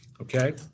Okay